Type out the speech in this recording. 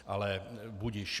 Ale budiž.